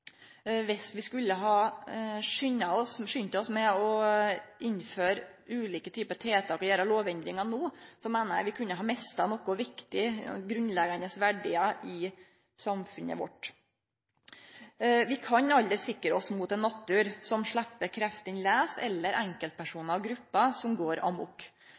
vi skulle skunde oss med å innføre ulike typar tiltak og gjere lovendringar no, meiner eg vi kunne ha mista noko viktig – grunnleggjande verdiar – i samfunnet vårt. Vi kan aldri sikre oss mot ein natur som slepper kreftene laus, eller enkeltpersonar/grupper som går